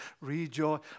Rejoice